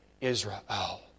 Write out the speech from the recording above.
Israel